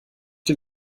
den